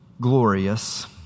glorious